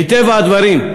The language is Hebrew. מטבע הדברים,